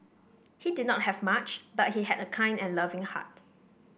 he did not have much but he had a kind and loving heart